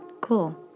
Cool